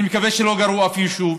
אני מקווה שלא גרעו אף יישוב.